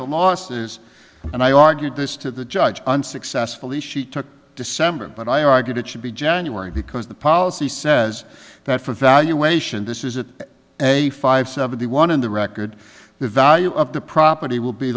the losses and i argued this to the judge unsuccessfully she took december but i argued it should be january because the policy says that for evaluation this is it a five seventy one in the record the value of the property will be